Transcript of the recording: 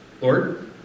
Lord